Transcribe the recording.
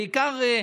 בעיקר,